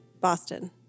Boston